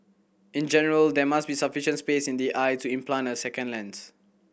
in general there must be sufficient space in the eye to implant a second lens